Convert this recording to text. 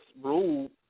rule